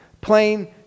Plain